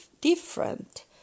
different